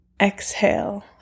exhale